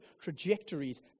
trajectories